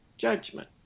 judgment